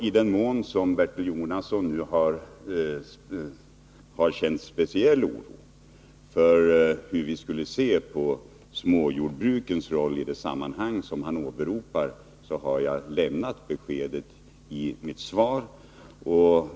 I den mån som Bertil Jonasson har känt speciell oro för hur vi skulle se på småjordbrukets roll i det sammanhang som han åberopar i interpellationen har han fått besked i mitt svar.